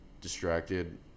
distracted